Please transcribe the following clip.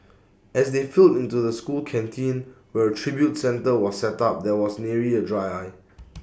as they filled into the school canteen where A tribute centre was set up there was nary A dry eye